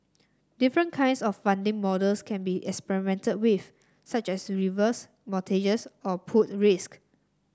different kinds of funding models can be experimented with such as reverse mortgages or pooled risk